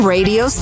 Radio